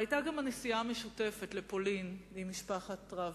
והיתה גם הנסיעה המשותפת לפולין עם משפחת רביץ,